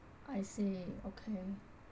I see okay